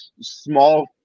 small